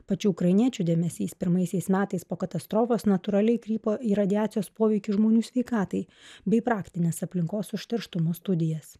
pačių ukrainiečių dėmesys pirmaisiais metais po katastrofos natūraliai krypo į radiacijos poveikį žmonių sveikatai bei praktines aplinkos užterštumo studijas